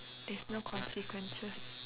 there's no consequences